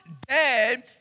dead